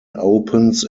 opens